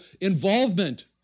involvement